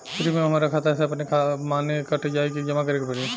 Premium हमरा खाता से अपने माने कट जाई की जमा करे के पड़ी?